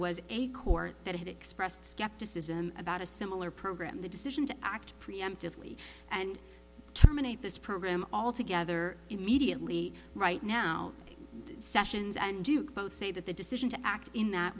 was a court that had expressed skepticism about a similar program the decision to act preemptively and this program altogether immediately right now sessions and duke both say that the decision to act in that